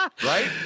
right